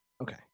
Okay